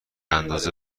اندازه